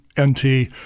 NT